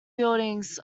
buildings